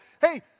hey